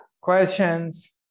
questions